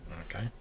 Okay